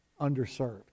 underserved